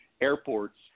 airports